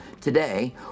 Today